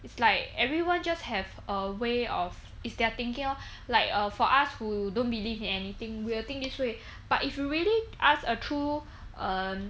it's like everyone just have a way of is their thinking lor like err for us who don't believe in anything we will think this way but if you really ask a true err